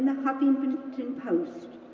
huffington huffington post.